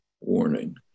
warning